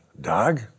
Doug